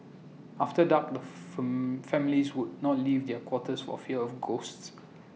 after dark the fur families would not leave their quarters for fear of ghosts